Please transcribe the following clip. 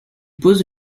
pose